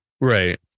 Right